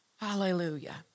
Hallelujah